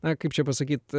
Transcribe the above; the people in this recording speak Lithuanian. na kaip čia pasakyt